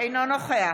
אינו נוכח